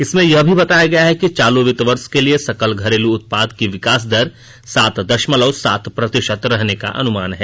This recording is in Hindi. इसमें यह भी बताया गया है कि चालू वित्त वर्ष के लिए सकल घरेलू उत्पाद की विकास दर सात दशमलव सात प्रतिशत रहने का अनुमान है